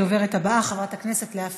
הדוברת הבאה, חברת הכנסת לאה פדידה.